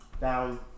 down